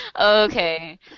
Okay